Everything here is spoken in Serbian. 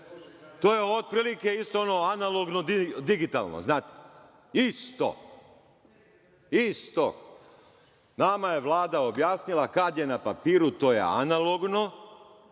To je otprilike isto ono analogno, digitalno, znate. Isto. Nama je Vlada objasnila kada je na papiru to je analogno,